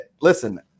listen